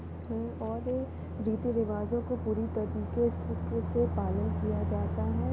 और रीति रिवाज़ों को पूरा से पालन किया जाता है